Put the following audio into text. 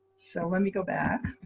so let me go back.